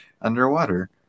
underwater